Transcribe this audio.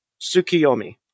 sukiyomi